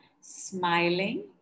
smiling